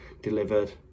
delivered